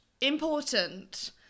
important